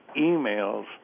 emails